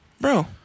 Bro